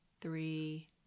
three